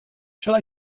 shall